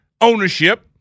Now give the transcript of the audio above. ownership